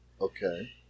Okay